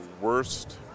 worst